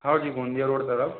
हाँ जी गोंजिया रोड की तरफ